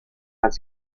las